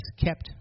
kept